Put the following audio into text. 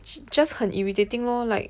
j~ just 很 irritating lor like